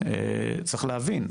צריך להבין,